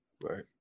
Right